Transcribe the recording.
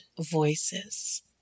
voices